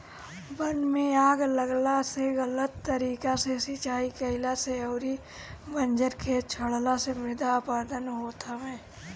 वन में आग लागला से, गलत तरीका से सिंचाई कईला से अउरी बंजर खेत छोड़ला से मृदा अपरदन होत हवे